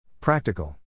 Practical